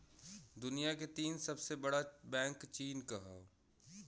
दुनिया के तीन सबसे बड़ा बैंक चीन क हौ